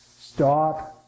stop